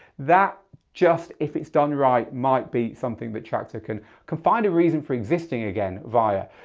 that just if it's done right might be something that traktor can can find a reason for existing again via.